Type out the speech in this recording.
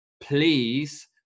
please